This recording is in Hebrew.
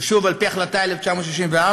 ושוב, על-פי החלטה 1964,